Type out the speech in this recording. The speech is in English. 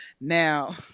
now